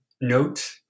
note